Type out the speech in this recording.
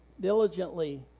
diligently